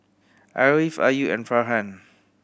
Ariff Ayu and Farhan